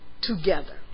together